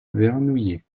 vernouillet